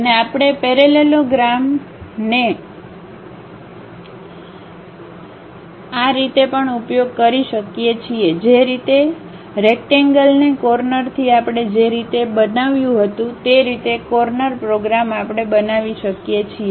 અને આપણે પહેરેલોગ્રામને આ રીતે પણ ઉપયોગ કરી શકીએ છીએ જે રીતે રેક્ટેંગલ ને કોર્નર થી આપણે જે રીતે બનાવ્યું હતું તે રીતે કોર્નર કોર્નર પ્રોગ્રામ આપણે બનાવી શકીએ છીએ